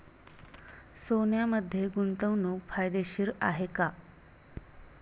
सोन्यामध्ये गुंतवणूक फायदेशीर आहे का?